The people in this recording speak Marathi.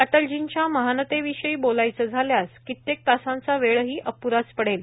अटलजींच्या महानतेविषयी बोलायचं झाल्यास कित्येक तासांचा वेळही अपूराच पडेल